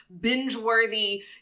binge-worthy